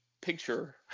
picture